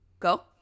Go